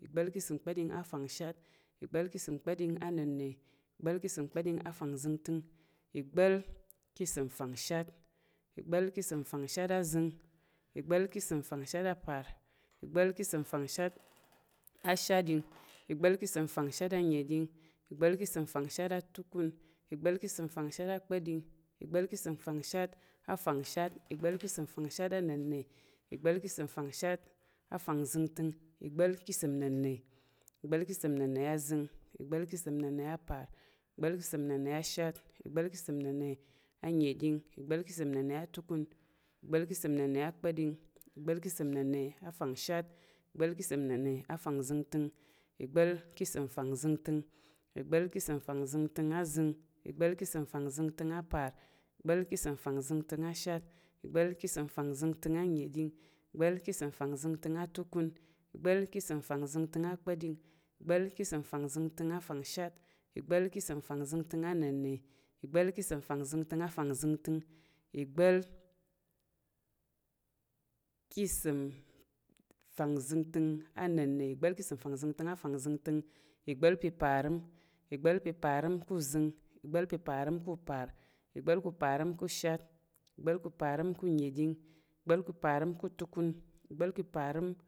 Ìgbá̱l ka̱ ìsəm kpa̱ɗing afangshat, ìgbá̱l ka̱ ìsəm kpa̱ɗing anənna̱, ìgbá̱l ka̱ ìsəm kpa̱ɗing afangzəngtəng, ìgbá̱l ka̱ ìsəm fangshat, ìgbá̱l ka̱ ìsəm fangshat azəng, ìgbá̱l ka̱ ìsəm fangshat apar, ìgbá̱l ka̱ ìsəm fangshat ashatɗing, ìgbá̱l ka̱ ìsəm fangshat anəɗing, ìgbá̱l ka̱ ìsəm fangshat atukun, ìgbá̱l ka̱ ìsəm fangshat akpa̱ɗing, ìgbá̱l ka̱ ìsəm fangshat afangshat, ìgbá̱l ka̱ ìsəm fangshat anənna̱, ìgbá̱l ka̱ ìsəm fangshat afangzəngtəng, ìgbá̱l ka̱ ìsəm nnəna̱, ìgbá̱l ka̱ ìsəm nnəna̱ azəng, ìgbá̱l ka̱ ìsəm nnəna̱ apar, ìgbá̱l ka̱ ìsəm nnəna̱ shat, ìgbá̱l ka̱ ìsəm nnəna̱ anəɗing, ìgbá̱l ka̱ ìsəm nnəna̱ atukun, ìgbá̱l ka̱ ìsəm nnəna̱ akpa̱ɗing, ìgbá̱l ka̱ ìsəm nnəna̱ afangshat, ìgbá̱l ka̱ ìsəm nnəna̱ afangzəngtəng, ìgbá̱l ka̱ ìsəm fangzəngtəng, ìgbá̱l ka̱ ìsəm fangzəngtəng azəng, ìgbá̱l ka̱ ìsəm fangzəngtəng apar, ìgbá̱l ka̱ ìsəm fangzəngtəng ashat, ìgbá̱l ka̱ ìsəm fangzəngtəng anəding, ìgbá̱l ka̱ ìsəm fangzəngtəng atukun, ìgbá̱l ka̱ ìsəm fangzəngtəng akpa̱ɗing, ìgbá̱l ka̱ ìsəm fangzəngtəng afangshat, ìgbá̱l ka̱ ìsəm fangzəngtəng ana̱nnə, ìgbá̱l ka̱ ìsəm fangzəngtəng afangzəngtəng, ìgbá̱l pa̱ parəm, ìgbá̱l pa̱ parəm ka̱ zəng, ìgbá̱l pa̱ parəm ka̱ upar, ìgbá̱l pa̱ parəm ka̱ shat, ìgbá̱l pa̱ parəm ka̱ unəɗing, ìgbá̱l pa̱ parəm ka̱ utukun, ìgbá̱l pa̱ parəm,